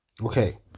Okay